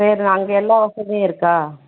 சரிண்ணா அங்கே எல்லா வசதியும் இருக்கா